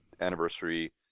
anniversary